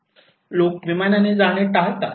लोक विमानाने जाणे टाळतात